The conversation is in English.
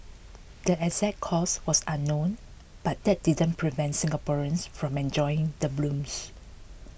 the exact cause was unknown but that didn't prevent Singaporeans from enjoying the blooms